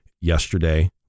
yesterday